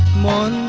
mon